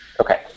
Okay